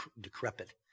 decrepit